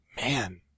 Man